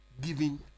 giving